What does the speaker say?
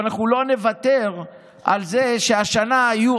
אבל אנחנו לא נוותר על זה שהשנה יהיו